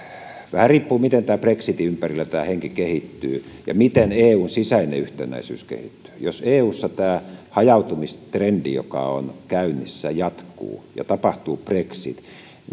vähän riippuu siitä miten brexitin ympärillä tämä henki kehittyy ja miten eun sisäinen yhtenäisyys kehittyy jos eussa tämä hajautumistrendi joka on käynnissä jatkuu ja tapahtuu brexit